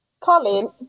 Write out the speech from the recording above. Colin